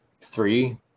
three